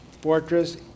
fortress